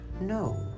No